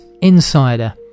insider